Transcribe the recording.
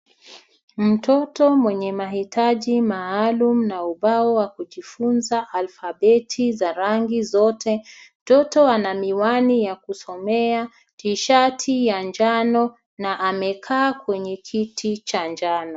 Mtoto mwenye mahitaji maalum na ubao wa kujifuza alphabeti za rangi zote. Mtoto anamiwani ya kusomea, tishati ya njano na amekaa kwenye kiti cha njano.